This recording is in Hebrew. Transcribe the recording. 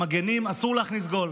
למגינים אסור להכניס גול.